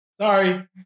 Sorry